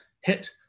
hit